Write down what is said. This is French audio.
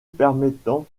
permettant